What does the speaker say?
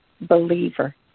believer